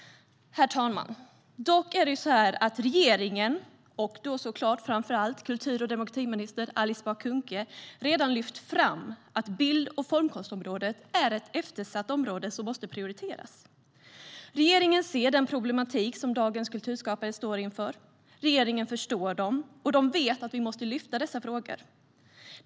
Herr talman! Dock har regeringen, och då framför allt kultur och demokratiminister Alice Bah Kuhnke, redan lyft fram att bild och formkonstområdet är ett eftersatt område som måste prioriteras. Regeringen ser den problematik som dagens kulturskapare står inför. Regeringen förstår dem och vet att vi måste lyfta upp dessa frågor.